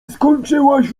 skończyłaś